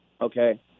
okay